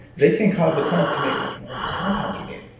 they can cause the plants to make much more of these compounds we need.